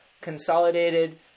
Consolidated